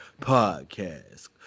Podcast